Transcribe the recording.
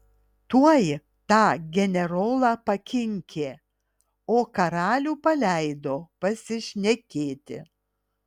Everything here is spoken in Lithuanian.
tuoj tą generolą pakinkė o karalių paleido pasišnekėti